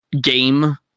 game